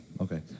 okay